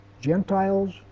Gentiles